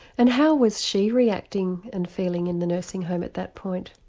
and how was she reacting and feeling in the nursing home at that point?